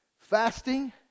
fasting